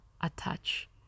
attach